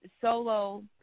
solo